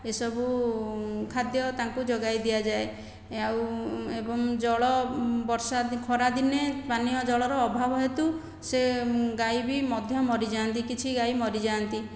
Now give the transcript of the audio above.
ଏସବୁ ଖାଦ୍ୟ ତାଙ୍କୁ ଯୋଗାଇ ଦିଆଯାଏ ଆଉ ଏବଂ ଜଳ ବର୍ଷା ଖରା ଦିନେ ପାନୀୟ ଜଳର ଅଭାବ ହେତୁ ସେ ଗାଈ ବି ମଧ୍ୟ ମରିଯାଆନ୍ତି କିଛି ଗାଈ ମରିଯାଆନ୍ତି